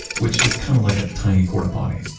which is kind of like a tiny porta-potty.